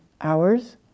hours